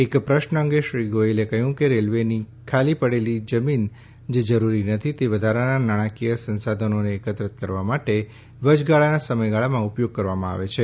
એક પ્રશ્ન અંગે શ્રી ગોયલે કહ્યું કે રેલ્વેની ખાલી પડેલી જમીન જે જરૂરી નથી તે વધારાના નાણાકીય સંસાધનોને એકત્રિત કરવા માટે વચગાળાના સમયગાળામાં ઉપયોગ કરવામાં આવે છે